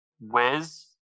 Wiz